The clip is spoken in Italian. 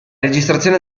registrazione